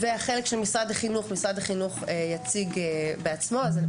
משרד החינוך יציג בעצמו את החלק שלו,